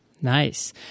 Nice